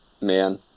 man